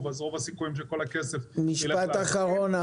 אז רוב הסיכויים שכל הכסף ילך לעסקים.